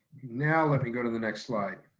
now let me go to the next slide.